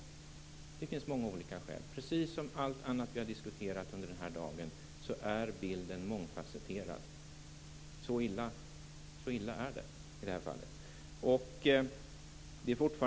Precis som när det gäller allt annat som vi har diskuterat under den här dagen är bilden mångfacetterad. Så illa är det.